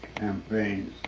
campaigns.